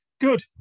Good